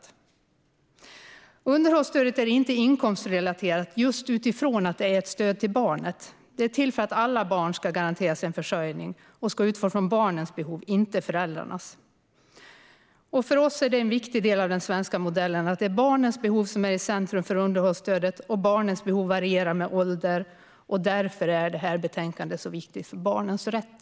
Ny åldersdifferentie-ring inom underhålls-stödet Underhållsstödet är inte inkomstrelaterat, just utifrån att det är ett stöd till barnet. Det är till för att alla barn ska garanteras en försörjning och ska utgå från barnets behov, inte föräldrarnas. För oss är det en viktig del av den svenska modellen att det är barnens behov som är i centrum för underhållsstödet. Barns behov varierar med ålder, och därför är det här betänkandet så viktigt för barnens rätt.